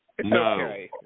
No